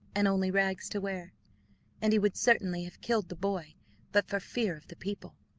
and only rags to wear and he would certainly have killed the boy but for fear of the people.